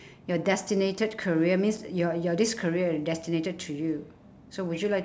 your destinated career means your your this career destinated to you so would you like